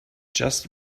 just